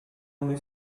only